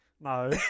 No